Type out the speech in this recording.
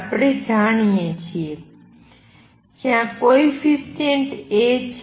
જ્યાં coefficient A છે જ્યાં કોએફિસિએંટ B છે